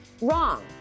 Wrong